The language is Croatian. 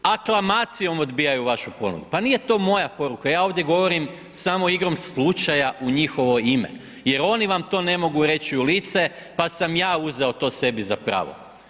Aklamacijom odbijaju vašu ponudu, pa nije to moja poruka, ja ovdje govorim samo igrom slučaja u njihovo ime jer oni vam to ne mogu reći u lice pa sam ja uzeo to sebi za pravo.